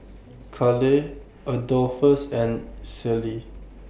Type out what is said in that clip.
Caleigh Adolphus and Celie